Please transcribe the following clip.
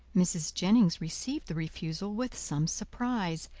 mrs. jennings received the refusal with some surprise,